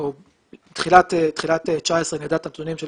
או בתחילת שנת 2019 נדע את הנתונים של